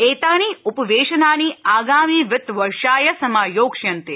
एतानि उपवेशनानि आगामि वित्तवर्षाय समायोक्ष्यन्ते